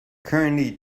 currently